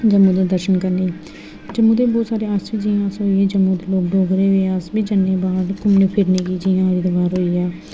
जम्मू दे दर्शन करने जम्मू दे बहोत सारे ऐसे जि'यां अस होइये जम्मू दे लोग डोगरे अस बी ज'न्ने बाहर घूमने फिरने गी जि'यां हरिद्वार होइया